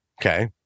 Okay